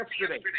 yesterday